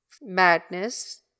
Madness